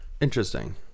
interesting